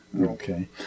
Okay